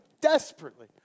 desperately